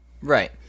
Right